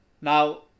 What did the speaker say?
now